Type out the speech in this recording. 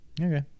okay